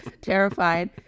Terrified